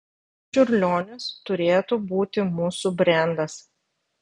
čiurlionis turėtų būti mūsų brendas